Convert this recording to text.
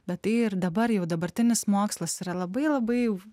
bet tai ir dabar jau dabartinis mokslas yra labai labai jau